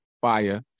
Fire